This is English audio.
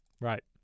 Right